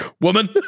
woman